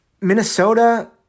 Minnesota